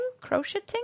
Crocheting